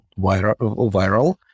viral